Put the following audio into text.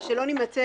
שלא נימצא